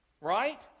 right